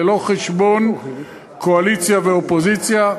ללא חשבון קואליציה ואופוזיציה.